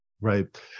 Right